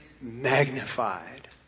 magnified